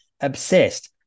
Obsessed